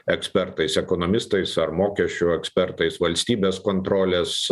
ekspertais ekonomistais ar mokesčių ekspertais valstybės kontrolės